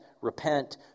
repent